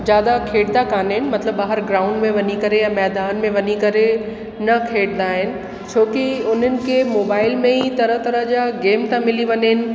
ज्यादा खेॾंदा कोन आहिनि मतिलबु ॿाहिरि ग्राउंड में वञी करे या मैदान में वञी करे न खेॾंदा आहिनि छोकि उन्हनि खे मोबाइल में ई तरह तरह जा गेम था मिली वञेनि